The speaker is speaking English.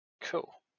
Cool